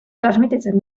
transmititzen